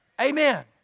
Amen